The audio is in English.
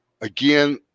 Again